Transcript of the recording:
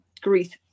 grief